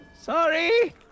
Sorry